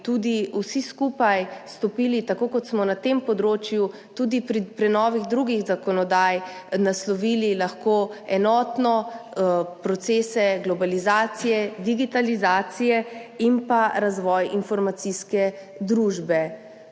vsi skupaj, tako kot smo na tem področju, tudi pri prenovi drugih zakonodaj, da bi lahko enotno naslovili procese globalizacije, digitalizacije in razvoj informacijske družbe.